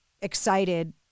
excited